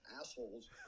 assholes